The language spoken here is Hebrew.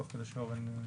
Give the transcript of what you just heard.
תוך כדי שאורן ידבר.